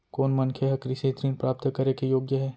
कोन मनखे ह कृषि ऋण प्राप्त करे के योग्य हे?